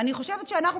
אני חושבת שאנחנו,